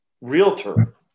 realtor